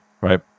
right